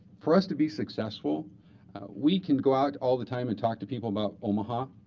for us to be successful we can go out all the time and talk to people about omaha,